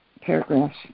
paragraphs